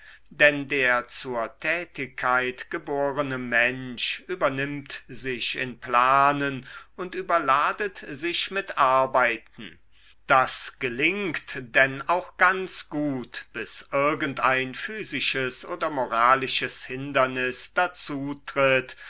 denn der zur tätigkeit geborene mensch übernimmt sich in planen und überladet sich mit arbeiten das gelingt denn auch ganz gut bis irgend ein physisches oder moralisches hindernis